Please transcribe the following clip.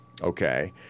Okay